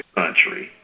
country